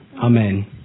Amen